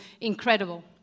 incredible